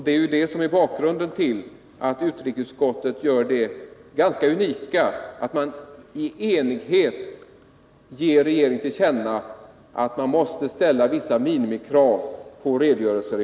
Det är ju bakgrunden till att det ganska unika har inträffat att ett enigt utrikesutskott ger regeringen till känna att man i fortsättningen måste ställa vissa minimikrav när det gäller redogörelser.